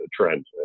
trend